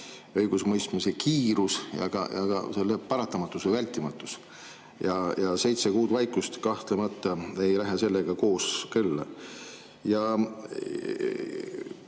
õigusemõistmise kiirus ja selle paratamatus või vältimatus. Ent seitse kuud vaikust kahtlemata ei ole sellega kooskõlas.